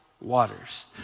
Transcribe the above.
waters